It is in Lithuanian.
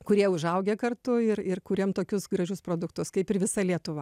kurie užaugę kartu ir ir kuriem tokius gražius produktus kaip ir visa lietuva